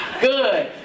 Good